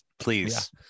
Please